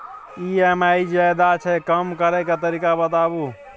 EMI ज्यादा छै कम करै के तरीका बताबू?